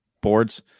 boards